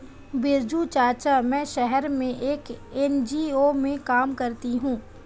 बिरजू चाचा, मैं शहर में एक एन.जी.ओ में काम करती हूं